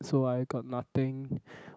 so I got nothing